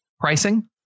Pricing